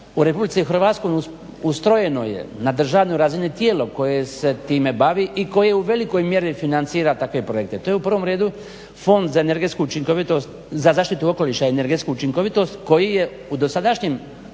U Republici Hrvatskoj ustrojeno je na državnoj razini tijelo koje se time bavi i koje u velikoj mjeri financira takve projekte. To je u prvom redu Fond za zaštitu okoliša i energetsku učinkovitost koji je u dosadašnjem